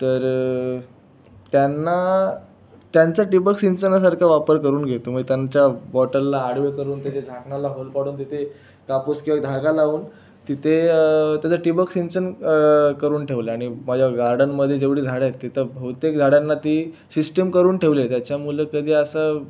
तर त्यांना त्यांचा ठिबक सिंचनासारखा वापर करून घेतो म्हणजे त्यांच्या बॉटलला आडवे करून त्याच्या झाकणाला होल पाडून तेथे कापूस किंवा धागा लावून तिथे त्याचा ठिबक सिंचन करून ठेवलं आणि माझ्या गार्डनमध्ये जेवढी झाडं आहेत तिथं बहुतेक झाडांना ती शिस्टम करून ठेवली आहे त्याच्यामुळं कधी असं